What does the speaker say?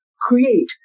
create